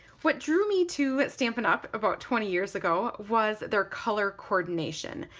what drew me to stampin' up! about twenty years ago was their color coordination.